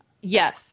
Yes